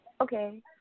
Okay